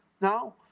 no